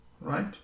right